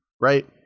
right